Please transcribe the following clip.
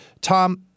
Tom